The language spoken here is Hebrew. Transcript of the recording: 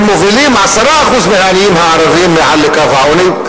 הם מובילים 10% מהערבים העניים מעל לקו העוני.